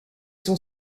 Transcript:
son